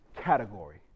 category